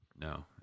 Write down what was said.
No